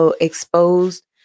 exposed